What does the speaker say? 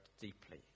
deeply